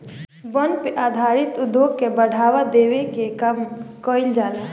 वन पे आधारित उद्योग के बढ़ावा देवे के काम कईल जाला